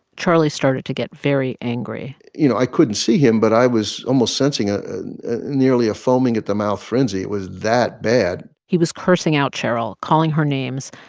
charlie started to get very angry you know, i couldn't see him. but i was almost sensing a nearly a foaming-at-the-mouth frenzy. it was that bad he was cursing out cheryl, calling her names,